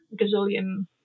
gazillion